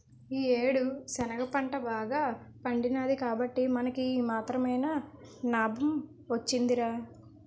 ఈ యేడు శనగ పంట బాగా పండినాది కాబట్టే మనకి ఈ మాత్రమైన నాబం వొచ్చిందిరా